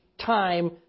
time